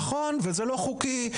נכון, וזה לא חוקי.